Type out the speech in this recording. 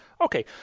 Okay